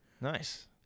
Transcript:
nice